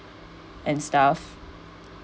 and stuff